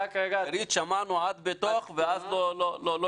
בתוך --- שמענו עד "בתוך", ואז לא שמענו.